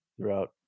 throughout